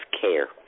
care